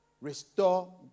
Restore